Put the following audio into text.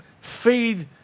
feed